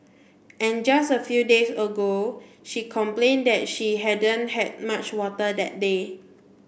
and just a few days ago she complained that she hadn't had much water that day